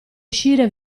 uscire